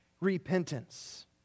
repentance